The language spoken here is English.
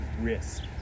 risk